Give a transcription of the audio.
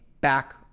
back